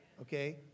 okay